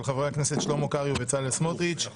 של חברי הכנסת שלמה קרעי ובצלאל סמוטריץ'.